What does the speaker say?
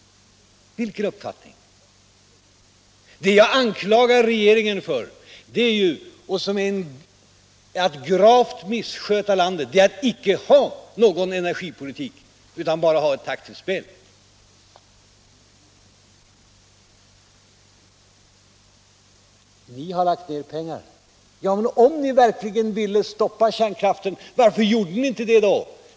— Vilken uppfattning? Det jag anklagar regeringen för är att den icke har någon energipolitik utan bara ett taktiskt spel, och det är att gravt missköta landet. Ni har lagt ned pengar, sade energiministern. Ja men, om ni verkligen ville stoppa kärnkraften, varför gjorde ni då inte det?